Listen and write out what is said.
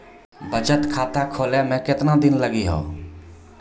बचत खाता खोले मे केतना दिन लागि हो?